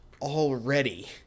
already